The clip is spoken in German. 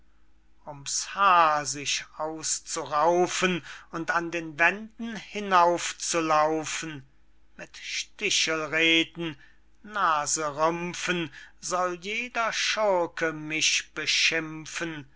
haar sich auszuraufen und an den wänden hinauf zu laufen mit stichelreden naserümpfen soll jeder schurke mich beschimpfen